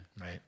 Right